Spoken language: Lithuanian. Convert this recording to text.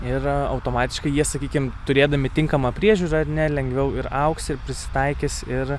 ir automatiškai jie sakykim turėdami tinkamą priežiūrą ar ne lengviau ir augs ir prisitaikys ir